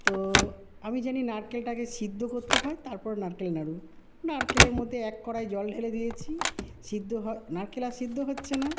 তো আমি জানি নারকেলটাকে সিদ্ধ করতে হয় তারপর নারকেল নাড়ু নারকেলের মধ্যে এক কড়াই জল ঢেলে দিয়েছি সিদ্ধ হওয়া নারকেল আর সিদ্ধ হচ্ছে না